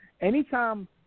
Anytime